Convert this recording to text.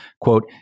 Quote